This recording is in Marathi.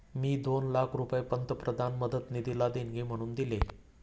मी दोन लाख रुपये पंतप्रधान मदत निधीला देणगी म्हणून दिले